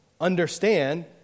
understand